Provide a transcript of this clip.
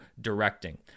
directing